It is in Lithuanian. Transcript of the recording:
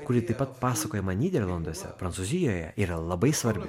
kuri taip pat pasakojama nyderlanduose prancūzijoje yra labai svarbi